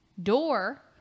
door